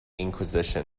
inquisition